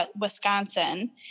Wisconsin